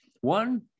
one